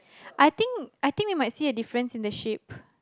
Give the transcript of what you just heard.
I think I think we might see a difference in the sheep